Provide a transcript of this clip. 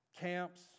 camps